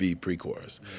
pre-chorus